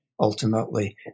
ultimately